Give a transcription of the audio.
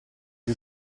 più